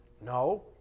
No